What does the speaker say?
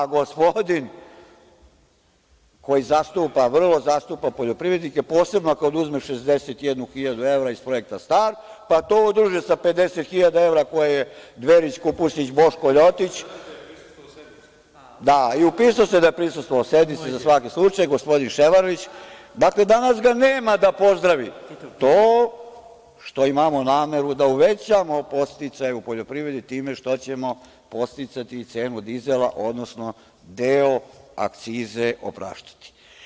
Gospodin koji vrlo zastupa poljoprivrednike, posebno kada uzme 61.000 evra iz projekta „Start“, pa to udruži sa 50.000 evra koje je Dveri kupusić Boško ljotić, a i upisao se da je prisustvovao sednici za svaki slučaj, gospodin Ševarlić, a danas ga nema da pozdravi to što imamo nameru da uvećamo podsticaj u poljoprivredi time što ćemo podsticati cenu dizela, odnosno deo akcize opraštati.